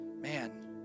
man